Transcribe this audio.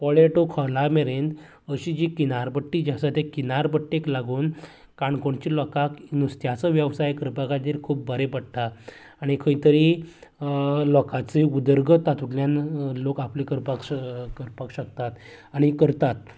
पोळें टू खोलां मेरेन अशीं जी किनार पट्टी जी आसा त्या किनार पट्टेक लागून काणकोणच्या लोकांक नुस्त्याचो वेवसाय करपा खातीर खूब बरें पडटा आनी खंय तरी लोकांची उदरगत तातूंतल्यान लोक आपली करपाक करपाक शकतात आनी करतात